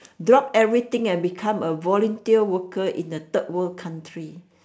drop everything and become a volunteer worker in a third world country